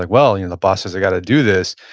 like well, you know the boss says i've got to do this.